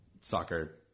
soccer